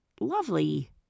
Lovely